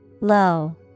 Low